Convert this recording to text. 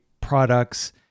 products